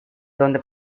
donde